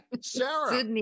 Sarah